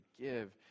give